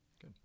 Good